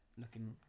looking